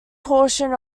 portion